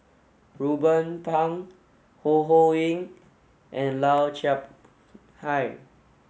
Ruben Pang Ho Ho Ying and Lau Chiap Khai